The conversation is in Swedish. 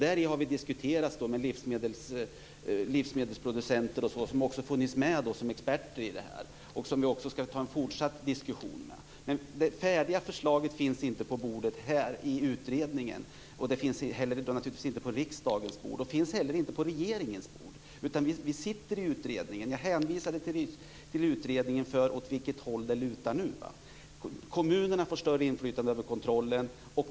Vi har diskuterat detta med livsmedelsproducenter som funnits med som experter. Vi skall ta en fortsatt diskussion med dem. Det färdiga förslaget finns inte på bordet här i utredningen. Det finns naturligtvis inte heller på riksdagens bord. Det finns heller inte på regeringens bord. Vi sitter i utredningen. Jag hänvisade till utredningen för att visa åt vilket håll det lutar nu. Kommunerna får större inflytande över kontrollen.